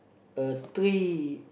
a three